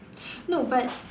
no but